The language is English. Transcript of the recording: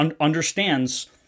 understands